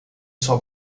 sua